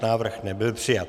Návrh nebyl přijat.